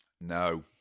No